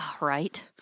Right